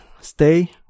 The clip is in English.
stay